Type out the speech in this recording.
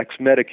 Medicare